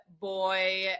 boy